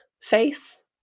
face